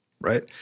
Right